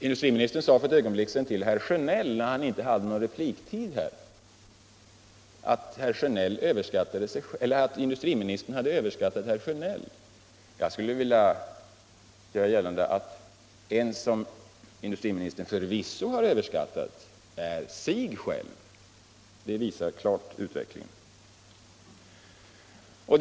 Industriministern sade för ett ögonblick sedan till herr Sjönell, när denne inte hade någon replik kvar, att industriministern hade överskattat herr Sjönell. Jag skulle vilja göra gällande att industriministern förvisso har överskattat sig själv. Det visar utvecklingen klart.